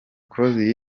close